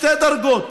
שתי דרגות.